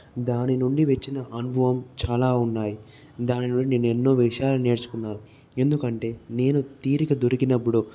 దాని నుండి వచ్చిన అనుభవం చాలా ఉన్నాయి దాని నుండి నేను ఎన్నో విషయాలు నేర్చుకున్నాను ఎందుకంటే నేను తీరిక దొరికినప్పుడు